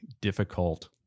difficult